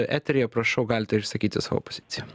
eteryje prašau galite išsakyti savo poziciją